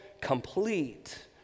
complete